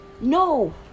No